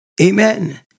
Amen